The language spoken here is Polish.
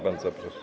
Bardzo proszę.